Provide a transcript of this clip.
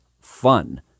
fun